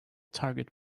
target